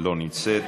לא נמצאת.